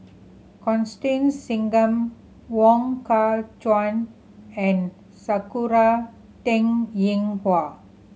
Constance Singam Wong Kah Chun and Sakura Teng Ying Hua